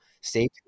stay